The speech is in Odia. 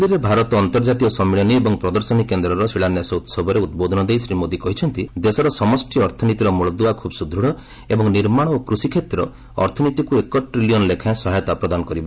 ନୂଆଦିଲ୍ଲୀରେ ଭାରତ ଅନ୍ତର୍ଜାତୀୟ ସମ୍ମିଳନୀ ଏବଂ ପ୍ରଦର୍ଶନୀ କେନ୍ଦ୍ରର ଶିଳାନ୍ୟାସ ଉହବରେ ଉଦ୍ବୋଧନ ଦେଇ ଶ୍ରୀ ମୋଦି କହିଛନ୍ତି ଦେଶର ସମଷ୍ଟି ଅର୍ଥନୀତିର ମୂଳଦୁଆ ଖୁବ୍ ସୁଦୃଢ଼ ଏବଂ ନିର୍ମାଣ ଓ କୃଷିକ୍ଷେତ୍ର ଅର୍ଥନୀତିକୁ ଏକ ଟ୍ରିଲିଅନ୍ ଲେଖାଏଁ ସହାୟତା ପ୍ରଦାନ କରିବ